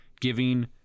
giving